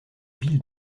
ville